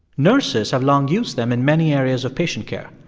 nurses have long used them in many areas of patient care.